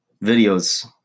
video's